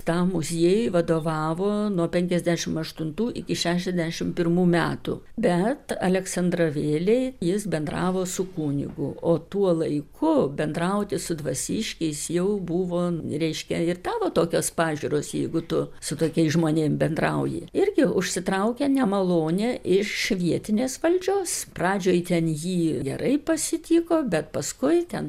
tam muziejui vadovavo nuo penkiasdešim aštuntų iki šešiasdešim pirmų metų bet aleksandravėlėj jis bendravo su kunigu o tuo laiku bendrauti su dvasiškiais jau buvo reiškia ir tavo tokios pažiūros jeigu tu su tokiais žmonėm bendrauji irgi užsitraukė nemalonę iš vietinės valdžios pradžioj ten jį gerai pasitiko bet paskui ten